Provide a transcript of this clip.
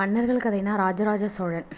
மன்னர்கள் கதைனால் ராஜராஜ சோழன்